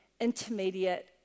intermediate